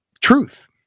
truth